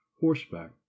horseback